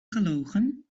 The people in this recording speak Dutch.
gelogen